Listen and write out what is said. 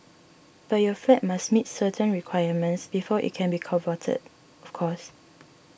but your flat must meet certain requirements before it can be converted of course